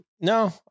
No